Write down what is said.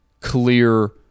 clear